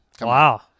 Wow